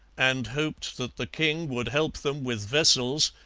and hoped that the king would help them with vessels,